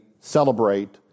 celebrate